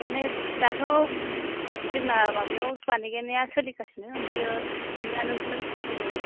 माने दाथ' जोंना माबायाव बानायगोनानिया सोलिगासिनो आमफायो दा नोंथांनो बेसेबां नांगौ